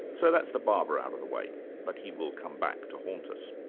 so that's the barber out of the way but he will come back to haunt us.